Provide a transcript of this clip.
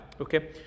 okay